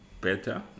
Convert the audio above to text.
better